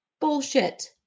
Bullshit